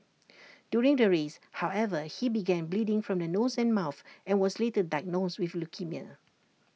during the race however he began bleeding from the nose and mouth and was later diagnosed with leukaemia